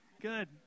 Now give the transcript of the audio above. good